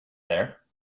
there